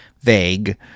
vague